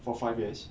for five years